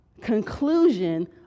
conclusion